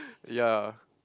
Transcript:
ya